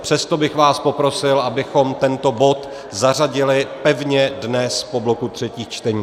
Přesto bych vás poprosil, abychom tento bod zařadili pevně dnes po bloku třetích čtení.